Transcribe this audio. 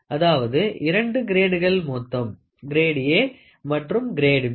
அதாவது இரண்டு கிரேடுகள் மொத்தம் கிரேடு A மற்றும் கிரேடு B